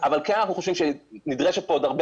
אבל כן אנחנו חושבים שנדרשת כאן עוד הרבה